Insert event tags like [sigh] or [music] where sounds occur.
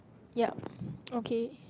ya [noise] okay